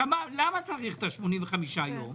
למה צריך את ה-85 יום?